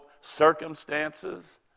circumstances